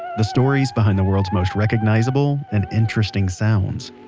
the stories behind the world's most recognizable and interesting sounds.